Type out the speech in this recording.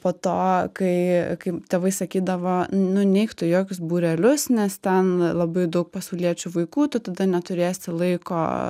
po to kai kai tėvai sakydavo nu neik tu į jokius būrelius nes ten labai daug pasauliečių vaikų tu tada neturėsi laiko